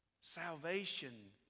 Salvation